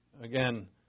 Again